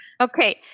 Okay